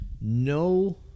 No